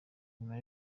nyuma